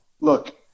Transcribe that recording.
look